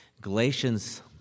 Galatians